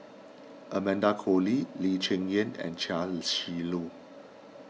Amanda Koe Lee Lee Cheng Yan and Chia Shi Lu